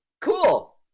Cool